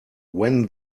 when